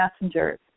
messengers